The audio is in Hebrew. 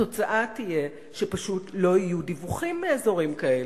התוצאה תהיה שפשוט לא יהיו דיווחים מאזורים כאלה.